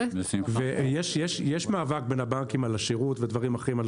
ויש מאבק בין הבנקים על השירות ודברים אחרים.